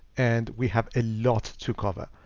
and we have a lot to cover.